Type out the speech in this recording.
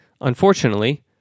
Unfortunately